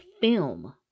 film